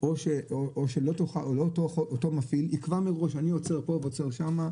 או שאותו מפעיל יקבע מראש שהוא עוצר פה ושם,